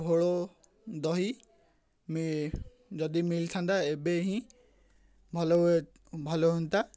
ଘୋଳ ଦହି ମି ଯଦି ମିଳିଥାନ୍ତା ଏବେ ହିଁ ଭଲୁଏ ଭଲ ହୁଅନ୍ତା